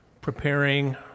preparing